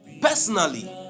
personally